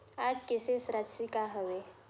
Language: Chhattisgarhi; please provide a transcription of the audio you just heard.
आज के शेष राशि का हवे?